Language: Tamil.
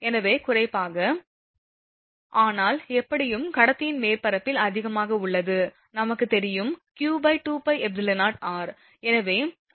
எனவே குறிப்பாக ஆனால் எப்படியும் கடத்தியின் மேற்பரப்பில் அதிகமாக உள்ளது நமக்குத் தெரியும் q2πε0 ஆர்